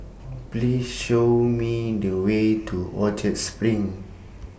Please Show Me The Way to Orchard SPRING